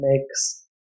makes